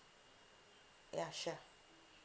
ya sure